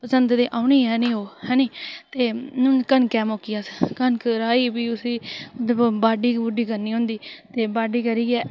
पसंद ते औनी गै औनी ऐ ओह् ते प्ही कनकै दे मौकी अस कनक राही प्ही ते बाड्डी करनी होंदी ते बाड्डी करियै